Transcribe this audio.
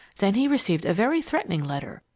then he received a very threatening letter,